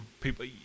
people